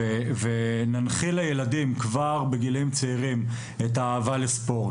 וננחיל לילדים כבר בגיל צעיר את האהבה לספורט,